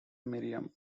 miriam